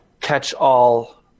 catch-all